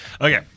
Okay